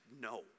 no